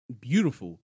beautiful